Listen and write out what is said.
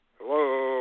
Hello